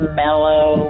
mellow